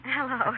Hello